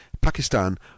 Pakistan